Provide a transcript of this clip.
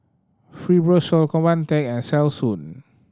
Fibrosol Convatec and Selsun